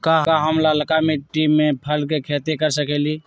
का हम लालका मिट्टी में फल के खेती कर सकेली?